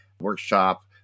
workshop